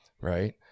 Right